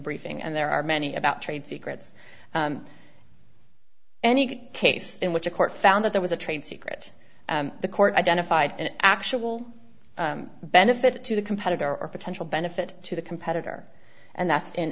briefing and there are many about trade secrets any case in which a court found that there was a trade secret the court identified an actual benefit to the competitor or potential benefit to the competitor and that's